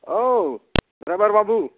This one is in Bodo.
औ ड्राइभार बाबु